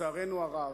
לצערנו הרב,